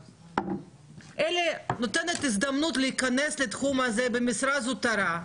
אלא נותנת הזדמנות להיכנס לתחום הזה במשרה זוטרה,